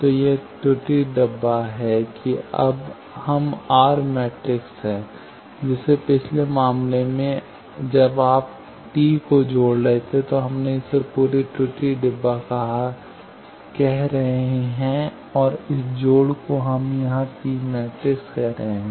तो यह त्रुटि डब्बा है कि अब हम आर मैट्रिक्स हैं जैसे पिछले मामले में यह जब आप टी को जोड़ रहे हैं कि हम इस पूरे त्रुटि डब्बा को कह रहे हैं और इस जोड़ को हम यहां टी मैट्रिक्स कह रहे हैं